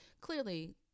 clearly